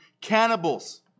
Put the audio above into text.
cannibals